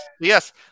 Yes